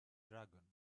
dragon